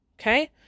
Okay